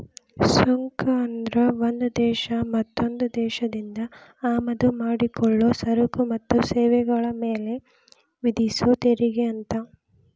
ಸುಂಕ ಅಂದ್ರ ಒಂದ್ ದೇಶ ಮತ್ತೊಂದ್ ದೇಶದಿಂದ ಆಮದ ಮಾಡಿಕೊಳ್ಳೊ ಸರಕ ಮತ್ತ ಸೇವೆಗಳ ಮ್ಯಾಲೆ ವಿಧಿಸೊ ತೆರಿಗೆ ಅಂತ